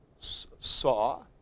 saw